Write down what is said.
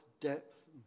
depth